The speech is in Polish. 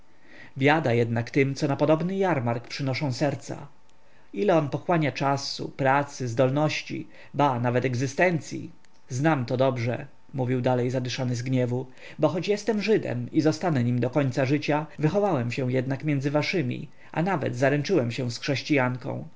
biada jednak tym co na podobny jarmark przynoszą serca ile on pochłania czasu pracy zdolności ba nawet egzystencyi znam to dobrze mówił dalej zadyszany z gniewu bo choć jestem żydem i zostanę nim do końca życia wychowałem się jednak między waszymi a nawet zaręczyłem się z chrześcianką